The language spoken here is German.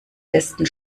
besten